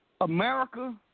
America